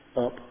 up